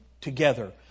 together